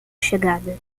chegada